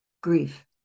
grief